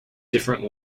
different